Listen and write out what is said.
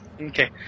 Okay